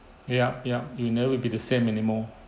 yup yup you'll never be the same anymore